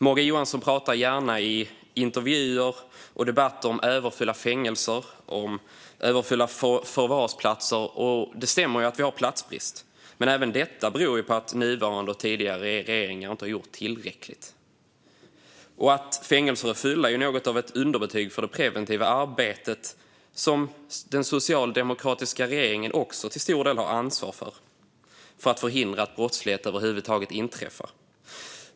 Morgan Johansson pratar gärna i intervjuer och debatter om överfulla fängelser och förvar. Det stämmer att vi har platsbrist. Men även detta beror ju på att den nuvarande regeringen och tidigare regeringar inte har gjort tillräckligt. Att fängelser är fulla är något av ett underbetyg för det preventiva arbetet, som den socialdemokratiska regeringen också till stor del har ansvar för, för att förhindra att brottslighet över huvud taget förekommer.